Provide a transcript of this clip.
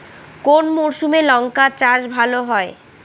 কোন মরশুমে লঙ্কা চাষ ভালো হয়?